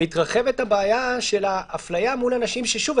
מתרחבת הבעיה של האפליה מול אנשים ששוב,